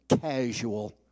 casual